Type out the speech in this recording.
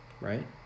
right